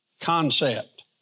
concept